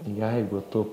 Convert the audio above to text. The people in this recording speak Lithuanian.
jeigu tu